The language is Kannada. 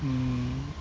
ಹ್ಞೂ